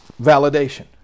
validation